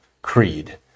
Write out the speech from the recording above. creed